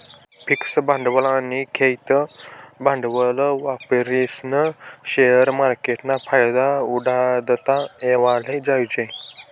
fix भांडवल आनी खेयतं भांडवल वापरीस्नी शेअर मार्केटना फायदा उठाडता येवाले जोयजे